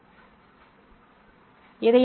துருவ அடிப்படையில்